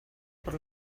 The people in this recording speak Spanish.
por